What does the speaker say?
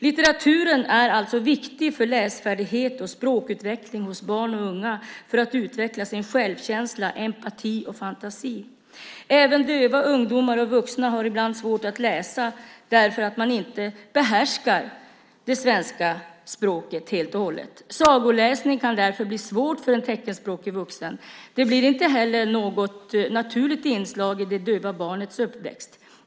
Litteraturen är alltså viktig för barns och ungas läsfärdighet och språkutveckling och för att utveckla självkänsla, empati och fantasi. Även döva ungdomar och vuxna har ibland svårt att läsa därför att de inte helt och hållet behärskar svenska språket. Sagoläsning kan därför bli svårt för en teckenspråkig vuxen. Inte heller blir det ett naturligt inslag i det döva barnets uppväxt.